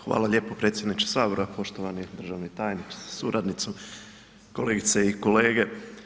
Hvala lijepo predsjedniče Sabora, poštovani državni tajniče sa suradnicom, kolegice i kolege.